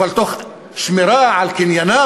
אבל תוך שמירה על קניינם,